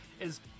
is-